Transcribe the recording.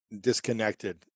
disconnected